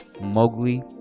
Mowgli